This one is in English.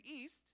East